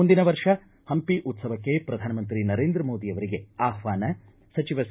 ಮುಂದಿನ ವರ್ಷ ಹಂಪಿ ಉತ್ಸವಕ್ಕೆ ಪ್ರಧಾನಮಂತ್ರಿ ನರೇಂದ್ರ ಮೋದಿ ಅವರಿಗೆ ಆಹ್ವಾನ ಸಚಿವ ಸಿ